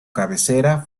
cabecera